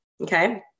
okay